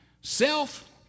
self